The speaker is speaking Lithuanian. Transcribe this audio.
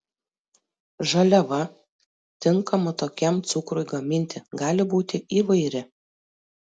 žaliava tinkama tokiam cukrui gaminti gali būti įvairi